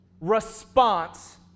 response